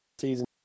season